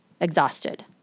exhausted